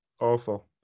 Awful